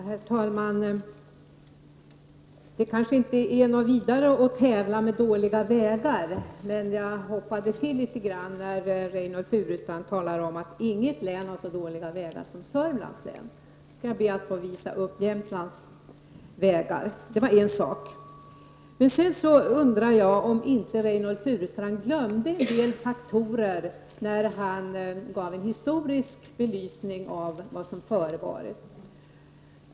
Herr talman! Det kanske inte är lämpligt att länsföreträdare tävlar med varandra om var de sämsta vägarna finns, men jag hoppade till litet grand när Reynoldh Furustrand talade om att inget län har så dåliga vägar som Södermanlands län. Låt mig peka på hur Jämtlands vägar ser ut. Sedan undrar jag om Reynoldh Furustrand inte glömde en del faktorer när han gav en historisk belysning av vad som förevarit.